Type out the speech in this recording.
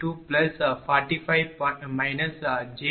3245 j21